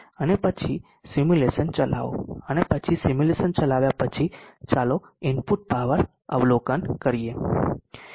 અને પછી સિમ્યુલેશન ચલાવો અને પછી સિમ્યુલેશન ચલાવ્યા પછી ચાલો ઇનપુટ પાવર અવલોકન કરીએ